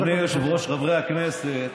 אדוני היושב-ראש, חברי הכנסת,